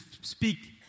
speak